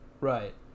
right